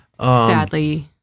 Sadly